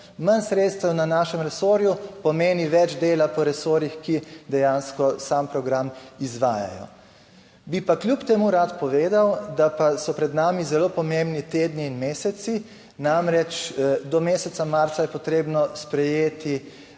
manj sredstev na našem resorju pomeni več dela po resorjih, ki dejansko sam program izvajajo. Bi pa kljub temu rad povedal, da pa so pred nami zelo pomembni tedni in meseci. Namreč, do meseca marca je potrebno sprejeti